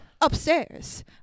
upstairs